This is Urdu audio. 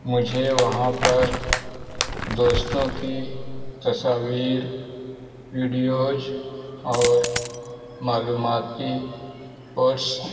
مجھے وہاں پر دوستوں کی تصاویر ویڈیوز اور معلوماتی پوسٹ